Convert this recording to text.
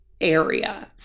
area